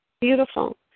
Beautiful